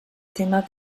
témer